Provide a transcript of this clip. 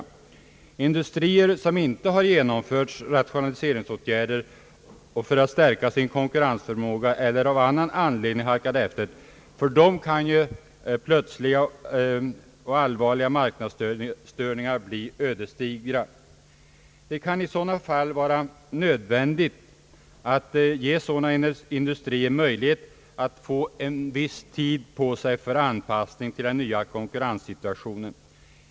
För industrier som inte har genomfört rationaliseringsåtgärder för att stärka sin konkurrensförmåga eller som av annan anledning halkat efter kan plötsliga och allvarliga marknadsstörningar bli ödesdigra. Det kan vara nödvändigt att ge sådana industrier möjlighet att få tid på sig för en viss anpassning till den nya konkurrenssituationen.